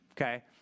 okay